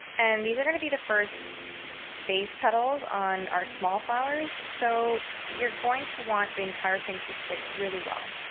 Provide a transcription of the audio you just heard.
and these are going to be the first base petals on our small flowers. so you're going to want the entire thing to stick really well.